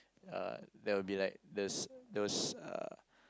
uh there will be like those those uh